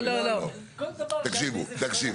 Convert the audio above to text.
שאלה --- תביאו תשובות.